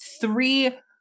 three